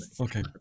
Okay